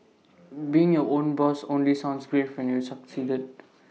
being your own boss only sounds great when you've succeeded